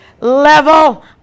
level